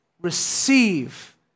receive